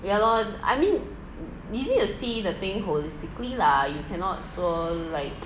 ya lor I mean you need to see the thing holistically lah you cannot 说 like